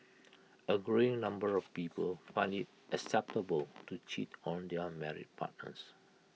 A growing number of people find IT acceptable to cheat on their married partners